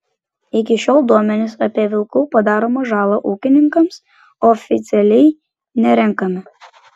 iki šiol duomenys apie vilkų padaromą žalą ūkininkams oficialiai nerenkami